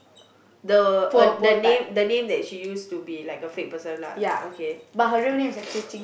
the the name the name that she used to be like a fake person lah okay